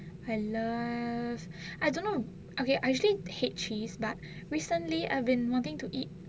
I love I don't know okay I actually hate cheese but recently I've been wanting to eat